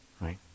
right